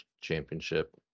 championship